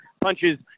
punches